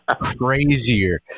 crazier